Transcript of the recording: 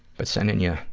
but sending you,